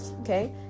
okay